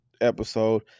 episode